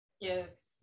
yes